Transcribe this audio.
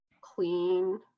clean